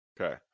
Okay